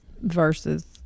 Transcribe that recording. versus